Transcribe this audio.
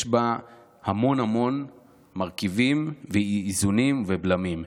יש בה המון המון מרכיבים ואיזונים ובלמים.